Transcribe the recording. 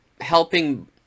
helping